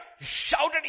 shouted